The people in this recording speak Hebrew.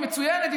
היא מצוינת.